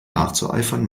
nachzueifern